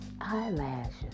Eyelashes